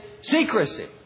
secrecy